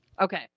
Okay